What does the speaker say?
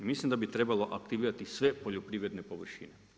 Mislim da bi trebalo aktivirati sve poljoprivredne površine.